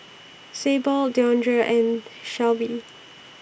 Sable Deondre and Shelvie